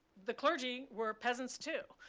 the clergy were peasants too,